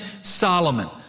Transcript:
Solomon